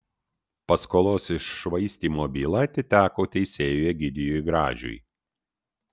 paskolos iššvaistymo byla atiteko teisėjui egidijui gražiui